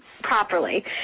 properly